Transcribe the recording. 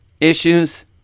issues